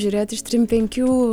žiūrėt iš trim penkių